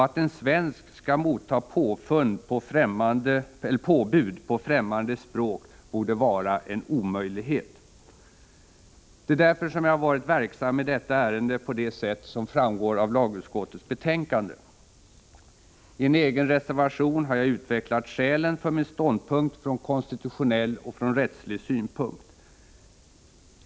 Att en svensk skall mottaga påbud på främmande språk borde vara en omöjlighet. Det är därför som jag varit verksam i detta ärende på det sätt som framgår av lagutskottets betänkande. I en egen reservation har jag utvecklat skälen för min ståndpunkt från konstitutionell och från rättslig synpunkt.